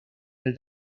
del